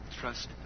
Trust